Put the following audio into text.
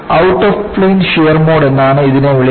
out of plane shear mode എന്നാണ് ഇതിനെ വിളിക്കുന്നത്